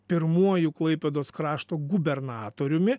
pirmuoju klaipėdos krašto gubernatoriumi